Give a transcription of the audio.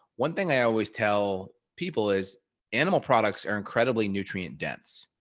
one thing i always tell people is animal products are incredibly nutrient dense.